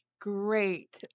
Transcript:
great